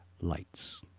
lights